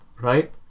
right